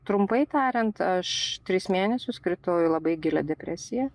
trumpai tariant aš tris mėnesius kritau į labai gilią depresiją